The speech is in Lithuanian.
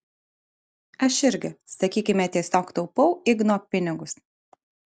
aš irgi sakykime tiesiog taupau igno pinigus